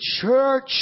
church